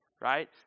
right